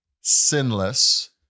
sinless